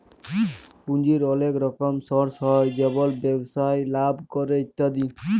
পুঁজির ওলেক রকম সর্স হ্যয় যেমল ব্যবসায় লাভ ক্যরে ইত্যাদি